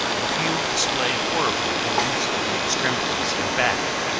a few display horrible wounds of the extremities and back.